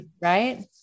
Right